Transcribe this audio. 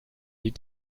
die